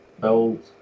build